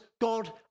God